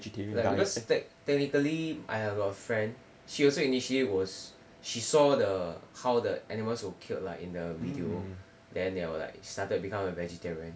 like because err tech~ technically I have a friend she also initiate was she saw the how the animals were killed lah in a video then ya will like started became a vegetarian